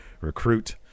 recruit